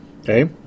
Okay